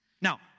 Now